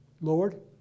Lord